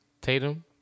Tatum